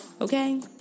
Okay